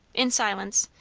in silence,